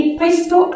questo